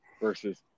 versus